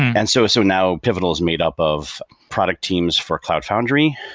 and so so now pivotal is made up of product teams for cloud foundry,